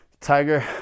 Tiger